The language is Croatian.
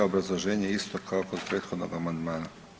Obrazloženje je isto kao kod prethodnog amandmana.